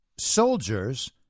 soldiers